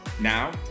Now